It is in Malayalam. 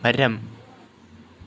മരം